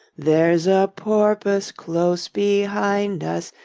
there's a porpoise close behind us,